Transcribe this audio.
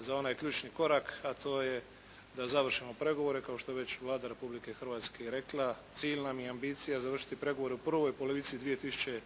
za onaj ključni korak a to je da završimo pregovore kao što je već Vlada Republike Hrvatske i rekla cilj nam je i ambicija završiti pregovore u prvoj polovici 2009.